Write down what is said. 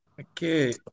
Okay